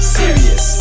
serious